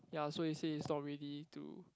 ya so he say he's not ready to